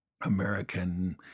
American